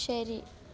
ശരി